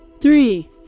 three